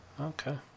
Okay